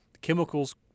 chemicals